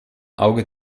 auge